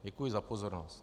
Děkuji za pozornost.